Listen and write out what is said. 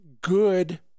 good